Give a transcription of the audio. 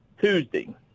tuesday